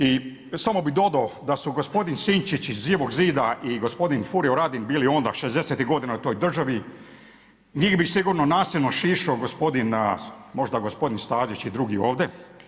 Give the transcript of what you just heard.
I samo bi dodao, da su gospodin Sinčić iz Živog zida i gospodin Furio Radin, bili onda '60. g. u toj državi, njih bi sigurno nasilno šišao možda gospodin Stazić i drugi ovdje.